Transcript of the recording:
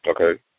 Okay